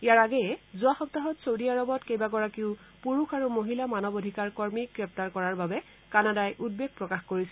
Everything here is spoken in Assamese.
ইয়াৰ আগেয়ে যোৱা সপ্তাহত ছৌদি আৰৱত কেইবাগৰাকীও পুৰুষ আৰু মহিলা মানৱ অধিকাৰ কৰ্মীক গ্ৰেপ্তাৰ কৰাৰ বাবে কানাডাই উদ্বেগ প্ৰকাশ কৰিছিল